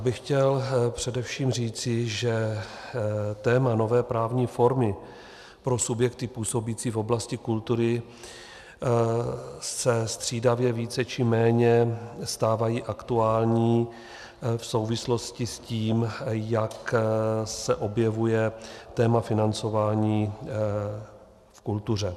Já bych chtěl především říci, že téma nové právní formy pro subjekty působící v oblasti kultury se střídavě více či méně stává aktuální v souvislosti s tím, jak se objevuje téma financování v kultuře.